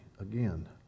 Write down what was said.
again